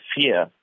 fear